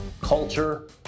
culture